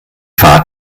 fahrt